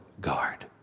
guard